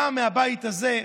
גם מהבית הזה,